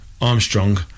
Armstrong